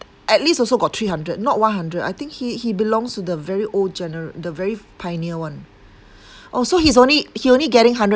at least also got three hundred not one hundred I think he he belongs to the very old genera~ the very pioneer one oh so he's only he only getting hundred